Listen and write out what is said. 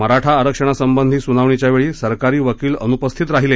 मराठा आरक्षणासंबंधी सुनावणीवेळी सरकारी वकील अनुपस्थित राहिले